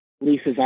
lisa's